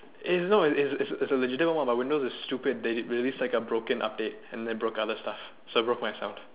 is no is is a is a is a legitimate one but windows is stupid they released like a broken update and they broke other stuff so it broke my sound